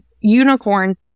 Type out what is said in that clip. unicorn